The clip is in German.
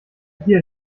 hier